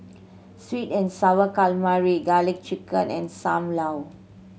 sweet and Sour Calamari Garlic Chicken and Sam Lau